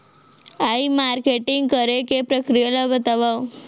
ई marketing करे के प्रक्रिया ला बतावव?